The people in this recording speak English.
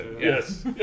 Yes